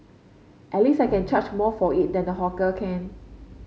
at least I can charge more for it than the hawker can